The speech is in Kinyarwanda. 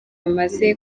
amaze